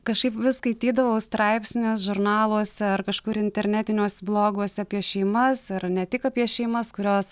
kažkaip vis skaitydavau straipsnius žurnaluose ar kažkur internetiniuos bloguose apie šeimas ar ne tik apie šeimas kurios